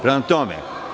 Prema tome.